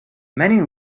many